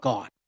God